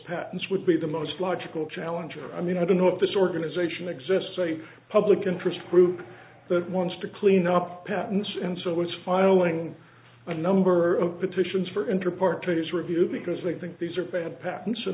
patents would be the most logical challenger i mean i don't know if this organization exists a public interest group that wants to clean up patents and so was filing a number of petitions for enter partridge's review because we think these are bad pat